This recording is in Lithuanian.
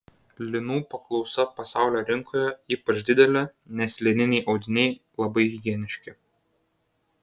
linų paklausa pasaulio rinkoje ypač didelė nes lininiai audiniai labai higieniški